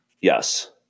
Yes